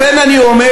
לכן אני אומר: